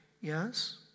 Yes